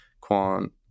quant